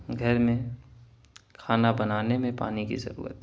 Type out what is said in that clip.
گھر میں کھانا بنانے میں پانی کی ضرورت ہے